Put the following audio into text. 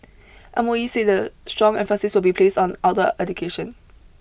M O E said that strong emphasis will be placed on outdoor education